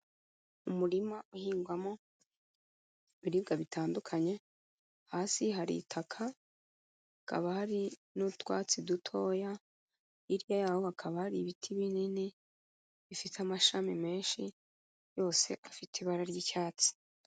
Umurima uhingwamo ibiribwa bitandukanye, hasi hari itaka hakaba hari n'utwatsi dutoya, hirya yaho hakaba hari ibiti binini, bifite amashami menshi yose afite ibara ry'icyatsi.